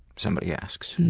somebody asks.